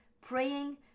praying